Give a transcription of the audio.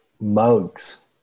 mugs